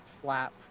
flap